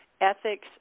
ethics